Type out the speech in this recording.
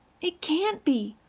it can't be.